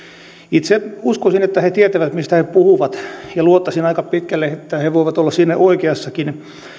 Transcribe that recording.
itse uskoisin että he he tietävät mistä he puhuvat ja luottaisin aika pitkälle että he voivat olla siinä oikeassakin